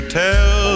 tell